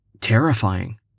terrifying